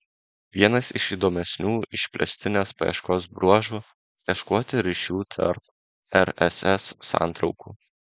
vienas iš įdomesnių išplėstinės paieškos bruožų ieškoti ryšių tarp rss santraukų